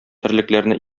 терлекләрне